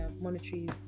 monetary